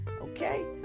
Okay